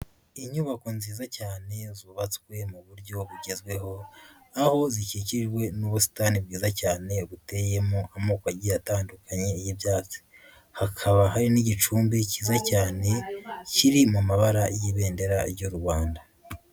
Inyubako nziza cyane zubatswe mu buryo bugezweho aho zikikjiwe n'ubusitani bwiza cyane buteyemo amoko agiye atandukanye y'ibyatsi, hakaba hari n'igicumbi cyiza cyane kiri mu mabara y'ibendera ry'u Rwanda.